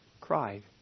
cried